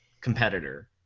competitor